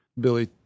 Billy